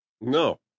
No